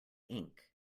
ink